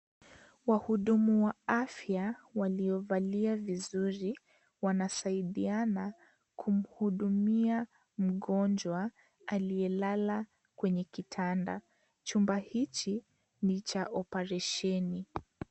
Wahudumu wa afya waliovalia vizuri wanasaidiana kumhudumia mgonjwa aliyelala kwenye kitanda chumba hichi ni cha operesheni.